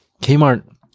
Kmart